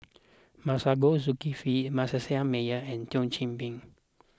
Masagos Zulkifli Manasseh Meyer and Thio Chan Bee